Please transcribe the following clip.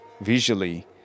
visually